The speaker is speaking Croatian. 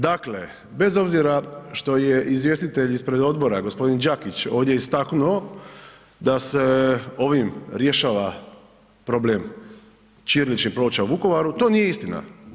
Dakle, bez obzira što je izvjestitelj ispred odbora gospodin Đakić ovdje istaknuo da se ovim rješava problem ćiriličnih ploča u Vukovaru to nije istina.